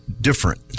different